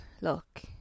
look